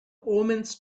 omens